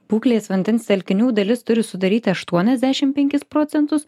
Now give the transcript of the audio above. būklės vandens telkinių dalis turi sudaryti aštuoniasdešim penkis procentus